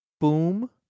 boom